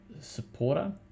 supporter